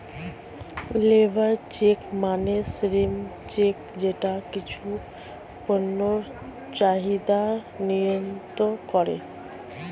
labour check মানে শ্রম check যেটা কিছু পণ্যের চাহিদা নিয়ন্ত্রন করে